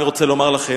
אני רוצה לומר לכם,